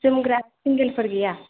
जोमग्रा सिंगेलफोर गैया